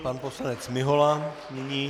Pan poslanec Mihola nyní.